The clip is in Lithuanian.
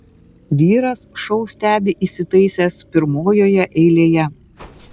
vyras šou stebi įsitaisęs pirmojoje eilėje